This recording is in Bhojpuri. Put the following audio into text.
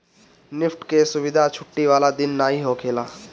निफ्ट के सुविधा छुट्टी वाला दिन नाइ होखेला